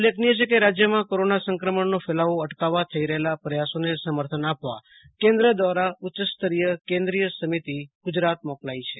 ઉલ્લેખનીય છે ક રાજયમાં કોરોના સંક્રમણનો ફેલાવો અટકાવવા થઈ રહેલા પ્રયાસોને સમર્થન આપવા કેન્દ્ર દવારા ઉચ્ચસ્તરીય કેન્દ્રિય સમિતિ ગુજરાત મોકલાઈ છે